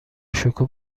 شکوه